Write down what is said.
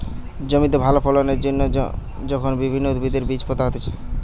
জমিতে ভালো ফলন এর জন্যে যখন বিভিন্ন উদ্ভিদের বীজ পোতা হতিছে